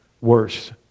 worse